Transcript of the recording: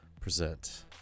present